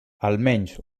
almenys